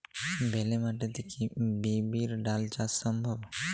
বেলে মাটিতে কি বিরির ডাল চাষ সম্ভব?